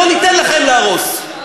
לא ניתן לכם להרוס.